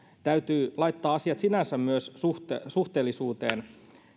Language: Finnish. täytyy laittaa asiat sinänsä myös suhteellisuuteen